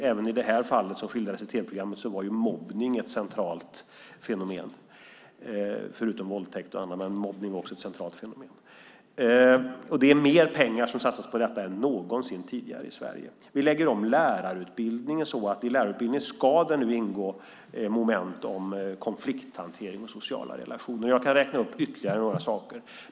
Även i det fall som skildrades i tv-programmet var mobbning ett centralt fenomen, förutom våldtäkt och annat. Det är mer pengar som satsas på detta än någonsin tidigare i Sverige. Vi lägger om lärarutbildningen så att det nu i lärarutbildningen ska ingå moment om konflikthantering och sociala relationer. Jag kan räkna upp ytterligare några saker.